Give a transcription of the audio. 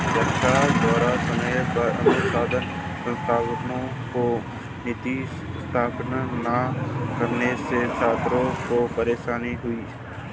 सरकार द्वारा समय पर अनुसन्धान संस्थानों को निधि स्थानांतरित न करने से छात्रों को परेशानी हुई